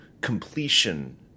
completion